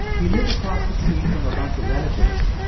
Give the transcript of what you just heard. he lived across the street from a bunch of relatives,